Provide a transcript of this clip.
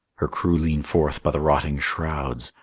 her crew lean forth by the rotting shrouds,